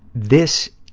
this,